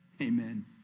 Amen